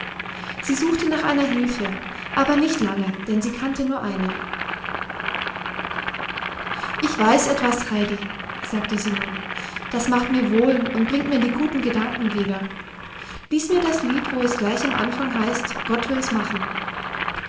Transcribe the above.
sie suchte nach einer hilfe aber nicht lange denn sie kannte nur eine ich weiß etwas heidi sagte sie nun das macht mir wohl und bringt mir die guten gedanken wieder lies mir das lied wo es gleich im anfang heißt gott will's machen